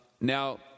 now